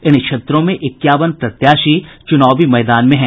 इन क्षेत्रों में इक्यावन प्रत्याशी चुनावी मैदान में है